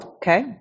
Okay